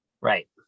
Right